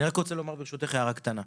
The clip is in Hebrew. אני רק רוצה לומר ברשותך הערה קטנה.